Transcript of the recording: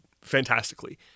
fantastically